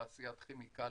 תעשיית כימיקלים,